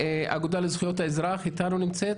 האגודה לזכויות האזרח איתנו נמצאת?